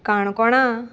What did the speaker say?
काणकोणा